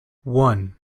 one